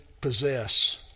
possess